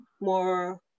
more